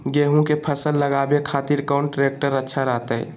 गेहूं के फसल लगावे खातिर कौन ट्रेक्टर अच्छा रहतय?